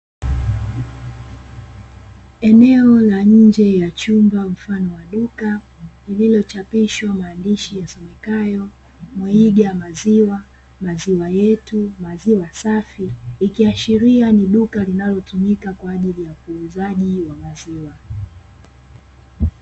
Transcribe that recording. Eneo la nje ya chumba mfano wa duka lililochapishwa maandishi yasomekayo 'mweiga maziwa", "maziwa yetu", "maziwa safi" ikiashiria ni duka linalotumika kwa ajili ya uuzaji wa maziwa.